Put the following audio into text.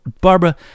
Barbara